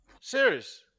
Serious